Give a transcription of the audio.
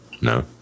No